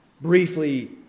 briefly